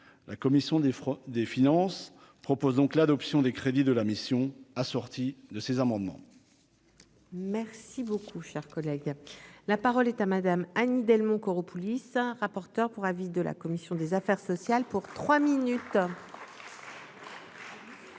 la commission des des finances propose donc l'adoption des crédits de la mission assortie de ces amendements. Merci beaucoup, cher collègue, la parole est à madame Annie Delmont Koropoulis, rapporteur pour avis de la commission des affaires sociales pour 3 minutes.